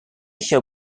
show